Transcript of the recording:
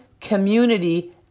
community